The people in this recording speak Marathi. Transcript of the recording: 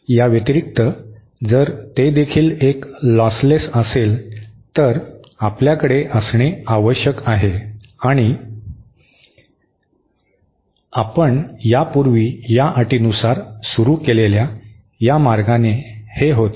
या व्यतिरिक्त जर ते देखील एक लॉसलेस असेल तर आपल्याकडे असणे आवश्यक आहे आणि आपण यापूर्वी या अटीनुसार सुरू केलेल्या या मार्गाने हे होते